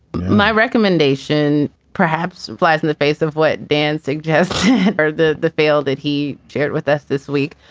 my recommendation perhaps flies in the face of what, dancing, jazz or the the feel that he shared with us this week.